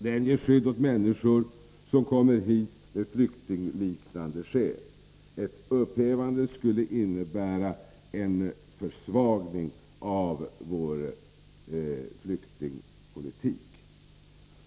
Den ger skydd åt människor som kommer hit av flyktingliknande skäl. Ett upphävande skulle innebära en försvagning av vår flyktingpolitik.